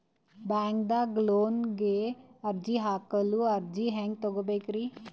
ಬ್ಯಾಂಕ್ದಾಗ ಲೋನ್ ಗೆ ಅರ್ಜಿ ಹಾಕಲು ಅರ್ಜಿ ಹೆಂಗ್ ತಗೊಬೇಕ್ರಿ?